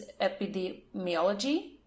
epidemiology